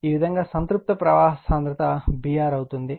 ఈ విధంగా సంతృప్త ప్రవాహ సాంద్రత Br అవుతుంది